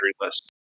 list